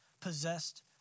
possessed